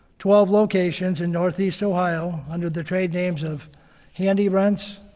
twelve locations in northeast ohio under the trade names of handy rents,